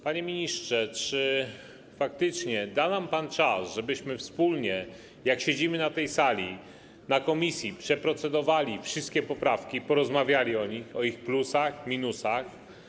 Panie ministrze, czy faktycznie da nam pan czas, żebyśmy wspólnie, jak siedzimy na tej sali, w komisji przeprocedowali wszystkie poprawki, porozmawiali o nich, o ich plusach, minusach?